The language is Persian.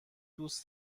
دوست